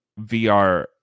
VR